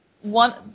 one